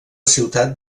ciutat